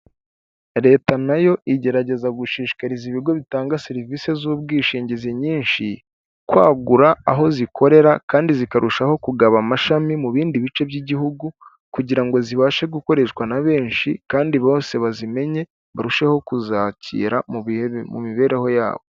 Leta nayo igerageza gushishikariza ibigo bitanga serivisi z'ubwishingizi nyinshi, kwagura aho zikorera kandi zikarushaho kugaba amashami mu bindi bice by'igihugu kugira ngo zibashe gukoreshwa na benshi kandi bose bazimenye barusheho kuzakira mu mibereho yabo.